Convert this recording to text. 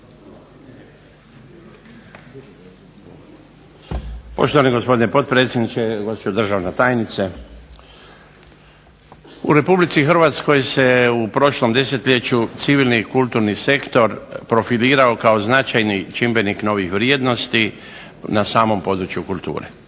Poštovani gospodine potpredsjedniče, gospođo državna tajnice. U Republici Hrvatskoj se u prošlom desetljeću civilni i kulturni sektor profilirao kao značajni čimbenik novih vrijednosti na samom području kulture.